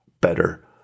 better